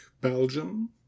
Belgium